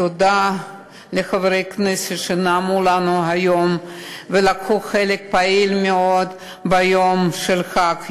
תודה לחברי הכנסת שנאמו לנו היום ולקחו חלק פעיל מאוד ביום של חג,